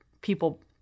people